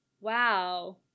wow